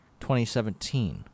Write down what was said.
2017